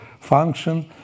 function